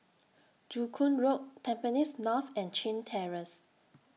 Joo Koon Road Tampines North and Chin Terrace